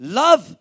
love